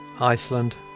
Iceland